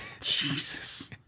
Jesus